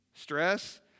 stress